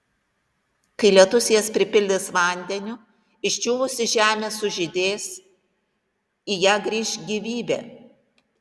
kai lietus jas pripildys vandeniu išdžiūvusi žemė sužydės į ją grįš gyvybė